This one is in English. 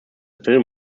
film